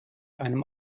einem